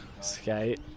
skate